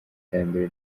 iterambere